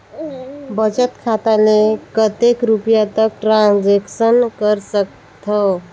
बचत खाता ले कतेक रुपिया तक ट्रांजेक्शन कर सकथव?